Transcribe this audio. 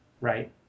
right